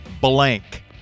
blank